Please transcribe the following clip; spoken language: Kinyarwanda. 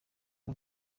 b’u